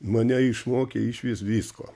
mane išmokė išvis visko